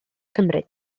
cymru